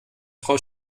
frau